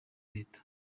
leta